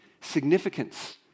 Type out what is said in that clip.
significance